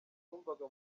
numvaga